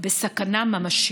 בסכנה ממשית.